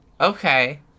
Okay